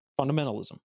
fundamentalism